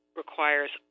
requires